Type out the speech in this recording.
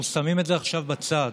אנחנו שמים את זה עכשיו בצד.